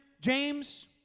James